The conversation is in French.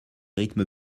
rythmes